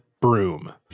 broom